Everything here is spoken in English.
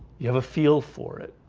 you have a feel for it.